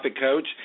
Coach